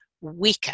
weaker